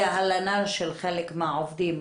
זה הלנה של חלק מהעובדים,